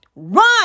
Run